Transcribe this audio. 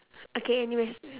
okay anyways